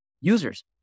users